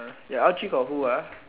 your L_G got who ah